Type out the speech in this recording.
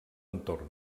entorn